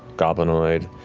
goblinoid,